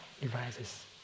devices